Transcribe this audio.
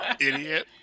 Idiot